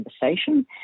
conversation